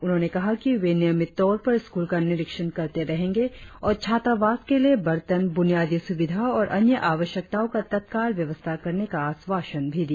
उन्होंने कहा कि वे नियमित तौर पर स्कूल का निरीक्षण करते रहेंगे और छात्रावास के लिए वर्तन ब्रनियादी सुविधा और अन्य आवश्यकताओ का तत्काल व्यवस्था करने का आश्वासन भी दिया